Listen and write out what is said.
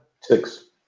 Six